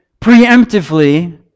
preemptively